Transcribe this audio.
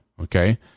okay